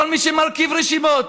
כל מי שמרכיב רשימות,